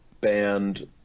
band